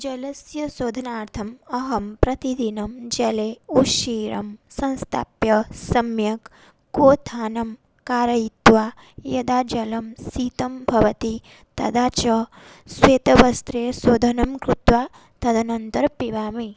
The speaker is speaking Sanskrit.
जलस्य शोधनार्थम् अहं प्रतिदिनं जले उषिरं संस्थाप्य सम्यक् क्वथनं कारयित्वा यदा जलं शीतं भवति तदा च श्वेतवस्त्रे शोधनं कृत्वा तदनन्तरं पिबामि